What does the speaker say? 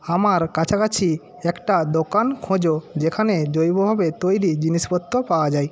আমার কাছাকাছি একটা দোকান খোঁজো যেখানে জৈবভাবে তৈরি জিনিসপত্র পাওয়া যায়